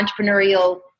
entrepreneurial